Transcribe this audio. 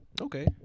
Okay